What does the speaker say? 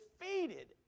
defeated